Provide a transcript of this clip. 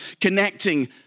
connecting